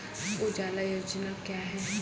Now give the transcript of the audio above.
उजाला योजना क्या हैं?